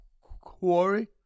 Quarry